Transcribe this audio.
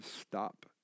stop